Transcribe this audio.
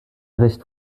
recht